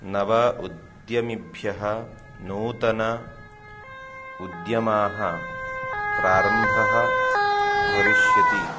नव उद्यमिभ्यः नूतन उद्यमाः प्रारम्भः भविष्यति